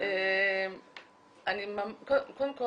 קודם כל